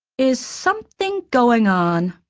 is something going on?